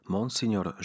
Monsignor